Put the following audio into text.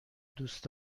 دوست